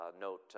note